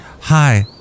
Hi